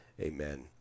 amen